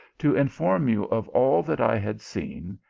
to inform you of all that i had seen,